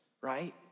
right